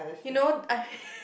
you know I